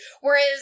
Whereas